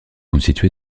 constitué